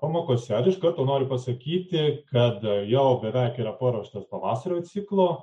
pamokose ir iš karto noriu pasakyti kad jau beveik yra paruoštos pavasario ciklo